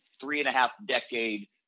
three-and-a-half-decade